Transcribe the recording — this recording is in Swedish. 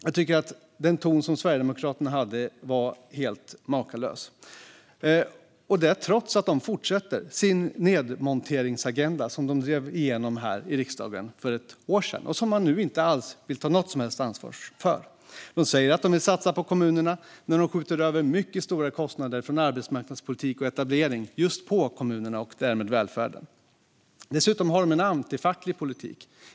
Jag tycker att den ton som Sverigedemokraterna hade var helt makalös, detta trots att de fortsätter sin nedmonteringsagenda som de drev igenom i riksdagen för ett år sedan och nu inte vill ta något som helst ansvar för. De säger att de vill satsa på kommunerna, men de skjuter över mycket stora kostnader för arbetsmarknadspolitik och etablering på just kommunerna och därmed välfärden. Dessutom har de en antifacklig politik.